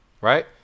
Right